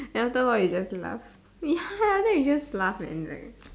and after a while you just laugh ya after you just laugh man like